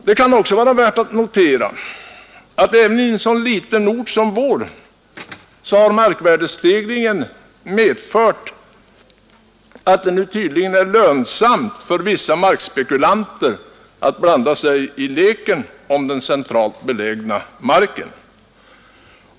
Det kan också vara värt att notera, att även i en så liten ort som vår har markvärdestegringen medfört att det nu tydligen är lönsamt för vissa markspekulanter att blanda sig i leken om den centralt belägna marken.